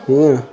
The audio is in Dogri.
हं